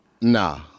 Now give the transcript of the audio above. Nah